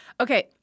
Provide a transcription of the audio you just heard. Okay